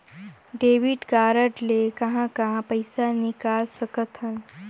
Debit card ले कहां कहां पइसा निकाल सकथन?